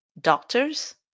doctors